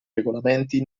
regolamenti